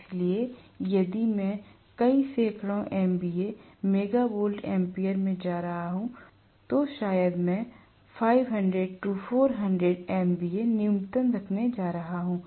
इसलिए यदि मैं कई सैकड़ों MVA मेगा वोल्ट एम्पीयर में जा रहा हूं तो शायद मैं 500 400 MVA न्यूनतम रखने जा रहा हूं